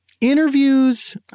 interviews